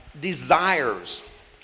desires